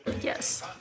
Yes